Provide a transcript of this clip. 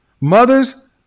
Mothers